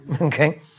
okay